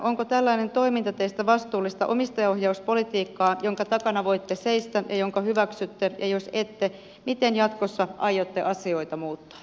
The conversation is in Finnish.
onko tällainen toiminta teistä vastuullista omistajaohjauspolitiikkaa jonka takana voitte seistä ja jonka hyväksytte ja jos ette miten jatkossa aiotte asioita muuttaa